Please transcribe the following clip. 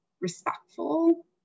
respectful